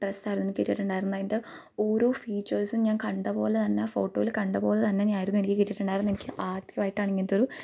dress ആയിരുന്നു എനിക്ക് കിട്ടിട്ടുണ്ടായിരുന്നത് അതിൻ്റെ ഓരോ ഫീച്ചേഴ്സും ഞാൻ കണ്ട പോലെ തന്നെ ആ ഫോട്ടോയിൽ കണ്ട പോലെ തന്നെയായിരുന്നു എനിക്ക് കിട്ടിട്ടുണ്ടായിരുന്നത് എനിക്ക് ആദ്യമായിട്ടാണ് ഇങ്ങനത്തെ ഒരു